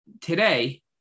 today